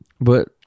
But-